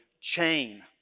chain